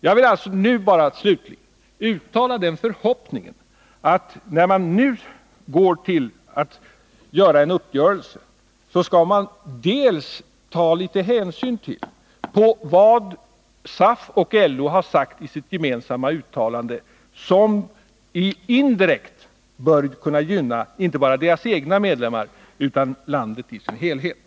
Jag vill slutligen uttala den förhoppningen att man, när man nu går till en uppgörelse, skall ta litet hänsyn till vad SAF och LO sagt i sitt gemensamma uttalande, vilket bör gynna inte bara de egna medlemmarna utan landet i dess helhet.